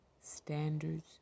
standards